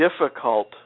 difficult